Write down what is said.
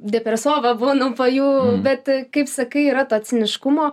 depresuoju va būna po jų bet kaip sakai yra to ciniškumo